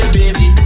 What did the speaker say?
baby